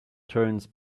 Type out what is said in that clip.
turns